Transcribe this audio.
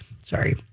Sorry